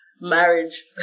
Marriage